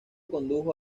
condujo